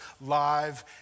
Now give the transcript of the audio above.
live